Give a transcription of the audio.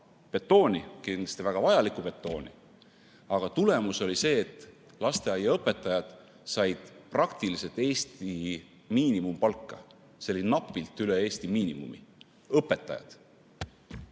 betooni – kindlasti väga vajalikku betooni –, aga tulemus oli see, et lasteaiaõpetajad said praktiliselt Eesti miinimumpalka. See oli napilt üle Eesti miinimumi. See